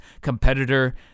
competitor